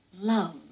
love